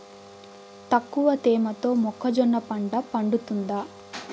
తక్కువ తేమతో మొక్కజొన్న పంట పండుతుందా?